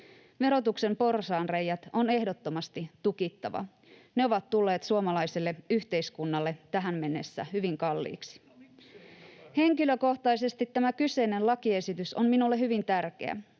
Verotuksen porsaanreiät on ehdottomasti tukittava. Ne ovat tulleet suomalaiselle yhteiskunnalle tähän mennessä hyvin kalliiksi. [Toimi Kankaanniemen välihuuto] Henkilökohtaisesti tämä kyseinen lakiesitys on minulle hyvin tärkeä.